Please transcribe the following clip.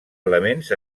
elements